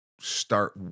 start